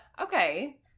Okay